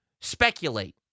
speculate